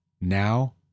now